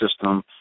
system